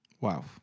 Wow